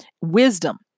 wisdom